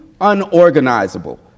unorganizable